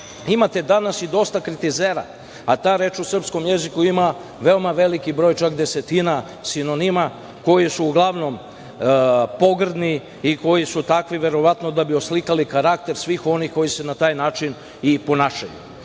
imate danas i dosta kritizera, a ta reč u srpskom jeziku ima veliki broj, čak desetina sinonima koji su uglavnom pogrdni i koji su takvi verovatno da bi oslikali karakter svih onih koji se na taj način i ponašaju. Na